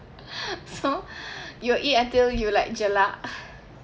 so you will eat until you like jelak